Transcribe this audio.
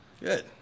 Good